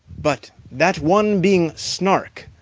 but, that one being snark,